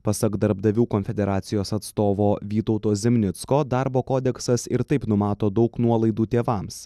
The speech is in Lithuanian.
pasak darbdavių konfederacijos atstovo vytauto zimnicko darbo kodeksas ir taip numato daug nuolaidų tėvams